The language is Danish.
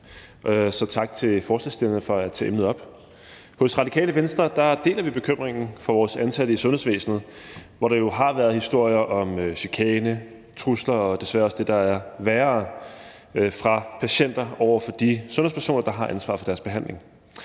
så tak til forslagsstillerne for at tage emnet op. Hos Radikale Venstre deler vi bekymringen for vores ansatte i sundhedsvæsenet, hvor der jo har været historier om chikane, trusler og desværre også det, der er værre, fra patienter over for de sundhedspersoner, der har ansvaret for deres behandling.